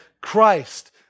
Christ